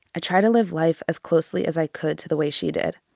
try to live life as closely as i could to the way she did.